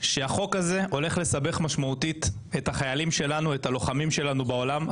שהחוק הזה הולך לסבך משמעותית את החיילים שלנו ואת הלוחמים שלנו בעולם.